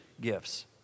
gifts